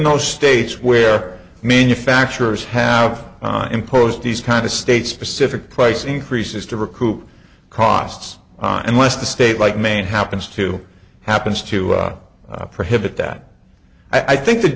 those states where manufacturers have imposed these kind of states specific price increases to recoup costs unless the state like maine happens to happens to prohibit that i think that